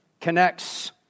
connects